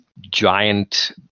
giant